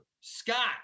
Scott